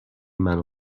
منو